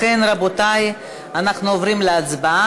לכן, רבותי, אנחנו עוברים להצבעה.